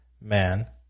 man